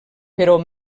però